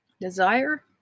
desire